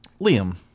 liam